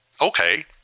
Okay